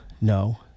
no